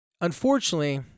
Unfortunately